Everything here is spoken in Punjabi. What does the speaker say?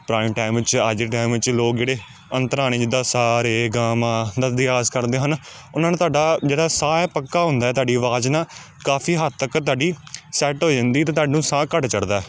ਪੁਰਾਣੇ ਟੈਮ 'ਚ ਅੱਜ ਦੇ ਟੈਮ 'ਚ ਲੋਕ ਜਿਹੜੇ ਅੰਤਰਾਣੇ ਜਿੱਦਾਂ ਸਾ ਰੇ ਗਾ ਮਾ ਦਾ ਅਭਿਆਸ ਕਰਦੇ ਹਨ ਉਹਨਾਂ ਨੇ ਤੁਹਾਡਾ ਜਿਹੜਾ ਸਾਹ ਹੈ ਪੱਕਾ ਹੁੰਦਾ ਤੁਹਾਡੀ ਆਵਾਜ਼ ਨਾ ਕਾਫ਼ੀ ਹੱਦ ਤੱਕ ਤੁਹਾਡੀ ਸੈੱਟ ਹੋ ਜਾਂਦੀ ਅਤੇ ਤੁਹਾਨੂੰ ਸਾਹ ਘੱਟ ਚੜ੍ਹਦਾ